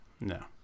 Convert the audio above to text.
No